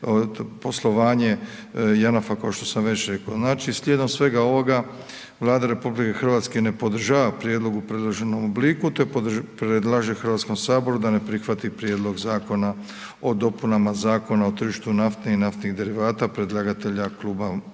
poslovanje JANAF-a kao što sam već rekao. Znači, slijedom svega ovoga, Vlada RH ne podržava prijedlog u predloženom obliku, te predlaže HS da ne prihvati prijedlog Zakona o dopunama Zakona o tržištu nafte i naftnih derivata predlagatelja Kluba